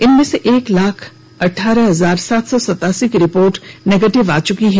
इनमें से एक लाख अठारह हजार सात सौ सतासी की रिपोर्ट निगेटिव आ चुकी है